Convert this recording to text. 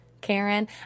Karen